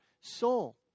soul